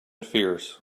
fierce